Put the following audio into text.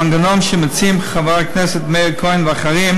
המנגנון שמציעים חבר הכנסת מאיר כהן והאחרים